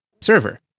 server